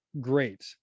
great